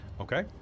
Okay